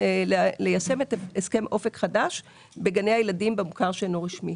ליישם את הסכם אופק חדש בגני הילדים במוכר שאינו רשמי.